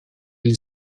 ele